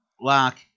lock